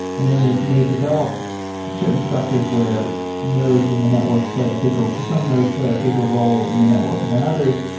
and then it may develop certain structures where nodes in the network play a bigger some nodes play a bigger role in the network than others,